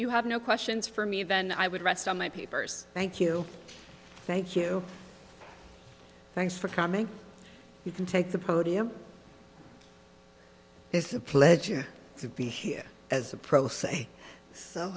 you have no questions for me then i would rest on my papers thank you thank you thanks for coming you can take the podium it's a pleasure to be here as a pro s